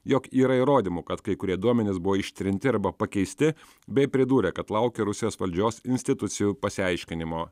jog yra įrodymų kad kai kurie duomenys buvo ištrinti arba pakeisti bei pridūrė kad laukia rusijos valdžios institucijų pasiaiškinimo